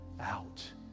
out